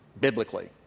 biblically